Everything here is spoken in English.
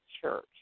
church